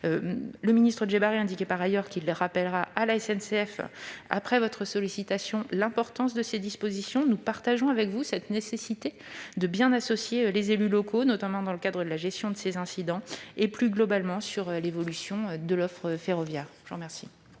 le ministre Djebbari indique par ailleurs qu'il rappellera à la SNCF, après votre sollicitation, l'importance de ces dispositions. Nous partageons avec vous la nécessité de bien associer les élus locaux, notamment dans le cadre de la gestion des incidents et, plus globalement, de l'évolution de l'offre ferroviaire.